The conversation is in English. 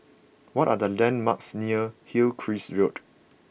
what are the landmarks near Hillcrest Road